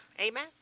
Amen